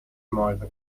mäuse